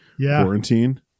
quarantine